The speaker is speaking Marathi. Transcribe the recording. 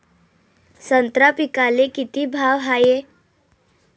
संत्रा पिकाले किती भाव हाये?